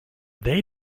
they